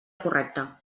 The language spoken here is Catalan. correcte